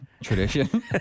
tradition